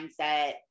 mindset